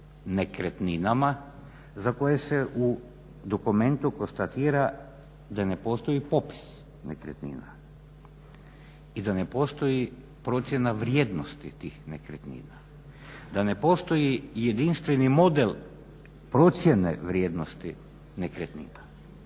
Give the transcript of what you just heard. nekretninama za koje se u dokumentu konstatira da ne postoji popis nekretnina i da ne postoji procjena vrijednosti tih nekretnina, da ne postoji jedinstveni model procjene vrijednosti nekretnina,